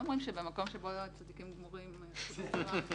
לא אומרים שבמקום שבעלי תשובה עומדים,